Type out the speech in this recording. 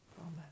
Amen